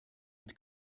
mit